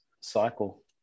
cycle